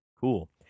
Cool